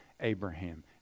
Abraham